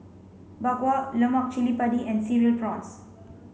Bak Kwa Lemak Cili Padi and cereal prawns